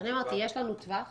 אני אומרת שיש לנו טווח